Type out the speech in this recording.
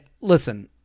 listen